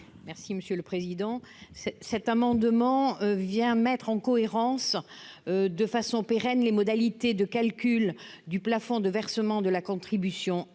Merci monsieur le président, c'est cet amendement vient mettre en cohérence de façon pérenne les modalités de calcul du plafond de versement de la contribution